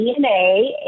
DNA